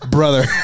Brother